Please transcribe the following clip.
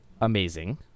amazing